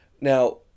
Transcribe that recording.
Now